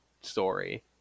story